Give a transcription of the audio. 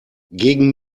gegen